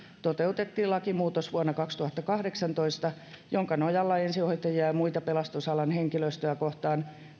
toteutettiin vuonna kaksituhattakahdeksantoista lakimuutos jonka nojalla väkivaltaan ensihoitajia ja ja muita pelastusalan henkilöstöä kohtaan